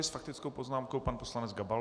S faktickou poznámkou pan poslanec Gabal.